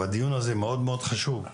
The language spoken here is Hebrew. והדיון הזה מאוד מאוד חשוב.